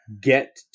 get